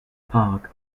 park